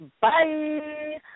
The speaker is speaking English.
Bye